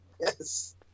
Yes